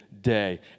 day